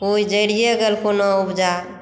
कोइ जरिए गेल कोनो उपजा